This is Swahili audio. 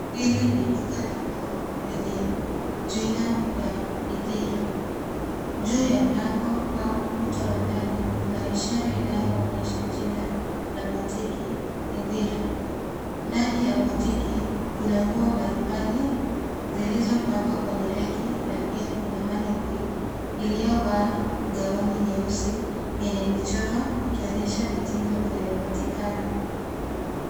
Hili ni duka langu lenye jina ya Ithira. Juu ya mlango au ukuta wa ndani, kuna ishara inayoonyesha jina la botiki Ithira. Ndani ya botiki kuna nguo mbalimbali zilizo pangwa kwenye reki, na pia kuna money queen iliyovaa gauni jeusi yenye michoro, ikionyesha mitindo inayopatikana.